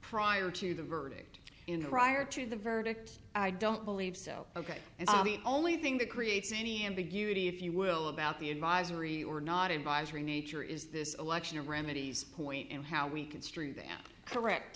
prior to the verdict in a prior to the verdict i don't believe so ok and the only thing that creates any ambiguity if you will about the advisory or not in by nature is this election or remedies point in how we construe them correct